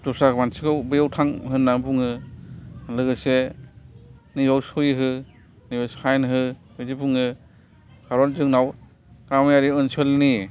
दस्रा मानसिखौ बैयाव थां होनना बुङो लोगोसे नैबाव सहि हो नैबे साइन हो बिदि बुङो खारन जोंनाव गामियारि ओनसोलनि